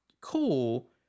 cool